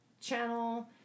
channel